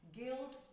guilt